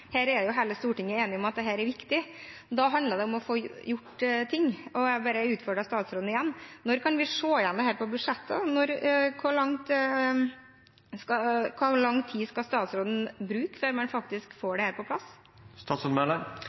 Her er hele Stortinget enige om at dette er viktig. Da handler det om å få gjort ting. Jeg utfordrer statsråden igjen: Når kan vi se dette på budsjettet? Hvor lang tid skal statsråden bruke før man faktisk får dette på